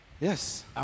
Yes